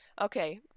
Okay